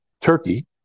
Turkey